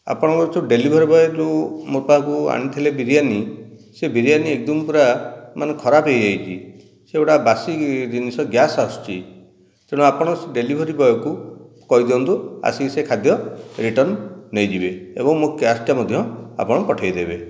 ଆପଣଙ୍କର ଯେଉଁ delivery boy ଯେଉଁ ମୋ ପାଖକୁ ଆଣିଥିଲେ ବିରିୟାନି ସେ ବିରିୟାନି ଏକଦମ୍ ପୁରା ମାନେ ଖରାପ ହୋଇଯାଇଛି ସେଗୁଡ଼ା ବାସି ଜିନିଷ ଗ୍ୟାସ ଆସୁଛି ତେଣୁ ଆପଣ ଡେଲିଭରୀ ବୟକୁ କହିଦିଅନ୍ତୁ ଆସିକି ସେ ଖାଦ୍ୟ ରିଟନ୍ ନେଇଯିବେ ଏବଂ ମୋ କ୍ୟାସ୍ ଟା ମଧ୍ୟ ଆପଣ ପଠେଇଦେବେ